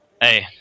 Hey